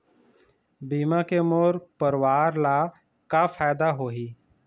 बीमा के मोर परवार ला का फायदा होही?